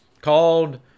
called